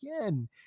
again